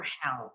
help